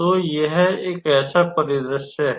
तो यह एक ऐसा परिदृश्य है